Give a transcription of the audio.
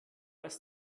ist